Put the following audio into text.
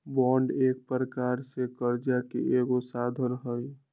bond एक प्रकार से करजा के एगो साधन हइ